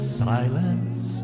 silence